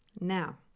Now